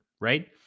right